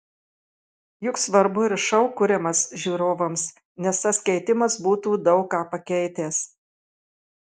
juk svarbu ir šou kuriamas žiūrovams nes tas keitimas būtų daug ką pakeitęs